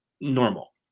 normal